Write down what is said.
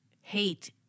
hate